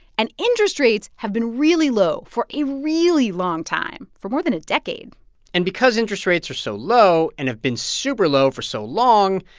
and interest rates have been really low for a really long time for more than a decade and because interest rates are so low and have been super-low for so long,